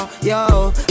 Yo